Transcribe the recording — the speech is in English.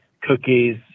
cookies